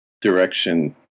direction